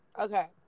okay